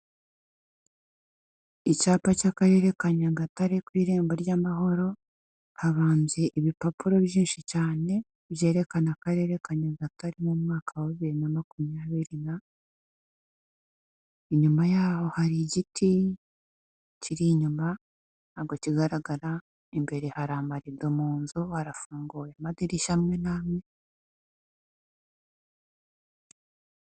Icyapa cy'Akarere ka Nyagatare ku irembo ry'amahoro habambye ibipapuro byinshi cyane, byerekana Akarere ka Nyagatare mu mwaka wa bibiri na makumyabiri na, inyuma yaho hari igiti kiri inyuma ntabwo kigaragara, imbere hari amarido mu nzu hafunguwe amadirishya amwe n'amwe.